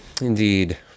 Indeed